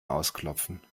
ausklopfen